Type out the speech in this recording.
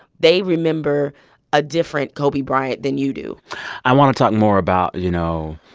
they remember a different kobe bryant than you do i want to talk more about, you know,